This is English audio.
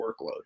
workload